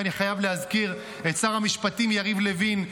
ואני חייב להזכיר את שר המשפטים יריב לוין,